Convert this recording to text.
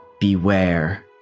beware